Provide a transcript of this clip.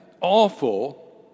awful